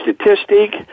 statistic